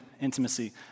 intimacy